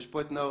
יש פה את נאור,